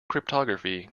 cryptography